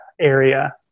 area